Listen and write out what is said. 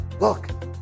look